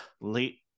late